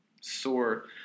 sore